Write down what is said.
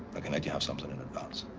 i can you have something in advance.